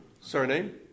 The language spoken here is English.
surname